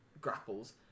grapples